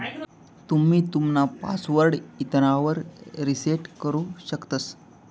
तुम्ही तुमना पासवर्ड इसरावर रिसेट करु शकतंस